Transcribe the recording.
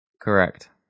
Correct